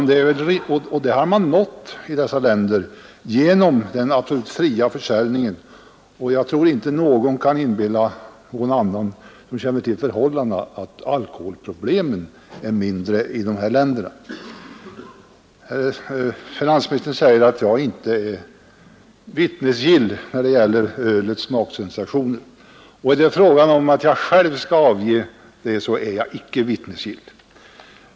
Dit har man nått i dessa länder genom den absolut fria försäljningen, och jag tror inte någon kan inbilla någon annan som känner till förhållandena, att alkoholproblemen är mindre i de här länderna. Finansministern säger att jag inte är vittnesgill när det gäller ölets smaksensationer. Är det fråga om att jag själv skall avge ett omdöme så är jag icke vittnesgill.